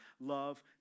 Love